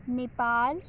Nepal